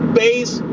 base